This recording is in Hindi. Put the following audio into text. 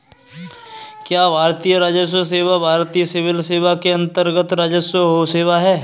क्या भारतीय राजस्व सेवा भारतीय सिविल सेवा के अन्तर्गत्त राजस्व सेवा है?